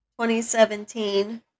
2017